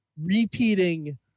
repeating